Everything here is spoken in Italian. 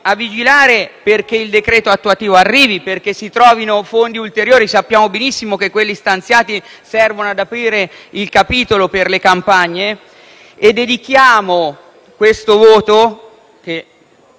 a vigilare perché il decreto attuativo sia emanato perché si trovino fondi ulteriori. Sappiamo benissimo che quelli stanziati servono ad aprire il capitolo per le campagne e dedichiamo questo voto -